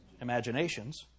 Imaginations